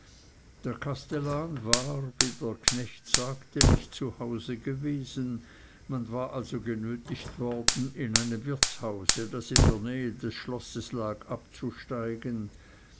der kastellan war wie der knecht sagte nicht zu hause gewesen man war also genötigt worden in einem wirtshause das in der nähe des schlosses lag abzusteigen